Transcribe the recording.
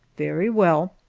very well,